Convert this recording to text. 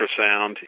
ultrasound